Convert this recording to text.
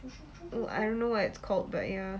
I don't know it's called but ya